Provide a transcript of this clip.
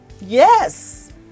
Yes